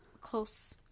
Close